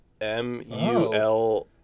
M-U-L